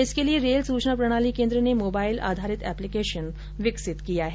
इसके लिए रेल सूचना प्रणाली केंद्र ने मोबाइल आधारित एपलिकेशन विकसित किया है